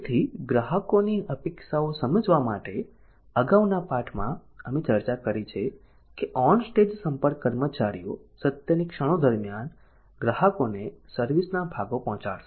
તેથી ગ્રાહકોની અપેક્ષાઓ સમજવા માટે અગાઉના પાઠમાં અમે ચર્ચા કરી છે કે ઓન સ્ટેજ સંપર્ક કર્મચારીઓ સત્યની ક્ષણો દરમિયાન ગ્રાહકોને સર્વિસ ના ભાગો પહોંચાડશે